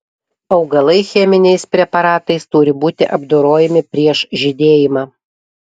augalai cheminiais preparatais turi būti apdorojami prieš žydėjimą